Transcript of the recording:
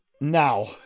Now